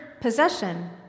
possession